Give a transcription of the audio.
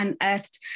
unearthed